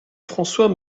françois